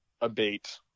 abate